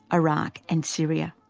iraq and syria.